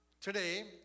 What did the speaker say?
Today